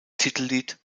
titellied